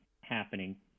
happening